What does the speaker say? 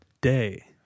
day